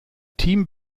team